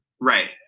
Right